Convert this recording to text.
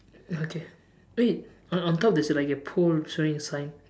okay wait on on top there's like a pole showing a sign